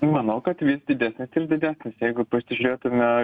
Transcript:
manau kad vis didesnis ir didesnis jeigu pasižiūrėtume